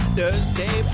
Thursday